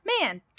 man